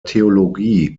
theologie